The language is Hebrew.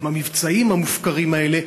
המבצעים המופקרים האלה,